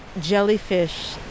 jellyfish